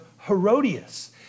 Herodias